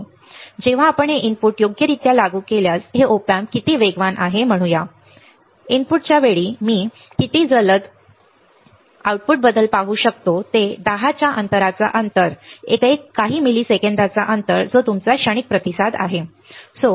मी किती वेगवान आहे जेव्हा मी आहे आपण हे इनपुट योग्यरित्या लागू केल्यास हे Op amps म्हणूया इनपुटच्या वेळी मी लागू करतो की मी किती जलद आउटपुट बदल पाहू शकतो 10 च्या अंतराचा अंतर 1 काही मिलिसेकंदांचा दुसरा अंतर जो तुमचा क्षणिक प्रतिसाद आहे जो क्षणिक प्रतिसाद आहे